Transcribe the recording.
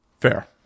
Fair